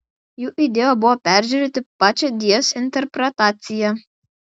jų idėja buvo peržiūrėti pačią ds interpretaciją